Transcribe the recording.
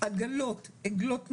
עגלות, עגלות נכים.